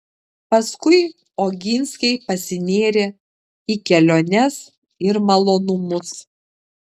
paskui oginskiai pasinėrė į keliones ir malonumus